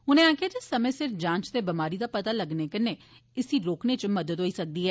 उनें आक्खेआ जे समय सिर जांच ते बमारी दा पता लग्गने कन्नै इस्सी रोकने च मदाद होई सकदी ऐ